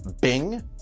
bing